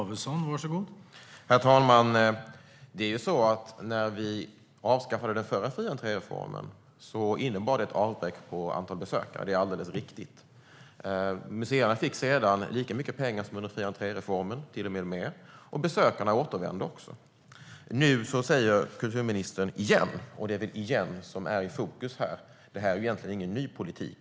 Herr talman! När vi avskaffade den förra fri-entré-reformen innebar det ett avbräck på antalet besökare. Det är alldeles riktigt. Museerna fick sedan lika mycket pengar som under fri-entré-reformen, och till och med mer, och besökarna återvände. Kulturministern säger "igen", och det är det ordet som är i fokus här, för det här är egentligen ingen ny politik.